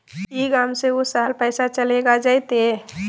ई गांव से ऊ शहर पैसा चलेगा जयते?